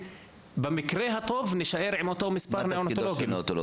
ובמקרה הטוב נישאר עם אותו מספר ניאונטולוגים.